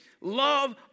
Love